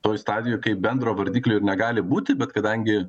toj stadijoj kaip bendro vardiklio ir negali būti bet kadangi